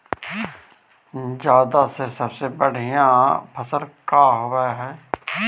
जादा के सबसे बढ़िया फसल का होवे हई?